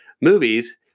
Movies